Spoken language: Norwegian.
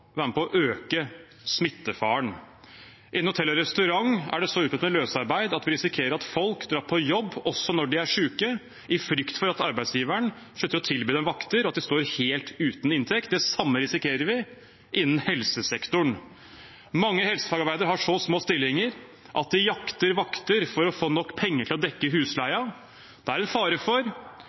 på å øke smittefaren. Innenfor hotell og restaurant er det så utbredt med løsarbeid at vi risikerer at folk drar på jobb også når de er syke, i frykt for at arbeidsgiveren slutter å tilby dem vakter og de står helt uten inntekt. Det samme risikerer vi innenfor helsesektoren. Mange helsefagarbeidere har så små stillinger at de jakter vakter for å få nok penger til å dekke husleien. Det er en fare for